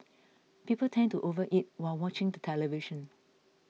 people tend to overeat while watching the television